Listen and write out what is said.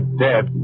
dead